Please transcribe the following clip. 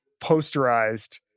posterized